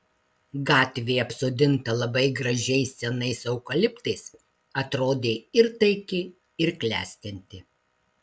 gatvė apsodinta labai gražiais senais eukaliptais atrodė ir taiki ir klestinti